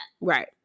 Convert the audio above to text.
Right